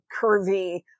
curvy